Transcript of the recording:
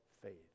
faith